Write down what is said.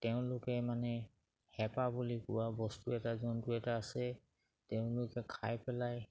তেওঁলোকে মানে হেপা বুলি কোৱা বস্তু এটা জন্তু এটা আছে তেওঁলোকে খাই পেলায়